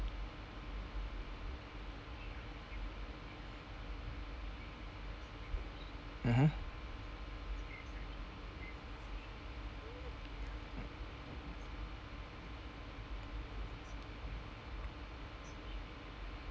mmhmm